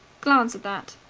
glance at that,